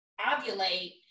ovulate